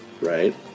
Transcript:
right